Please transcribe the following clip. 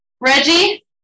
Reggie